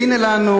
והנה לנו,